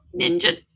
ninja